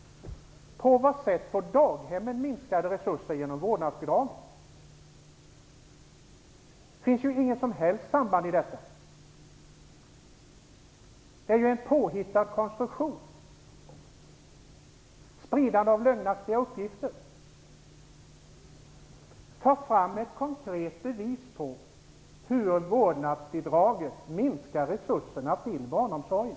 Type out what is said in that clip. På vilket sätt får daghemmen genom vårdnadsbidraget minskade resurser? Det finns inget som helst samband däremellan. Det är en påhittad konstruktion, spridande av lögnaktiga uppgifter. Ta fram ett konkret bevis på hur vårdnadsbidraget minskar resurserna till barnomsorgen!